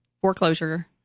Foreclosure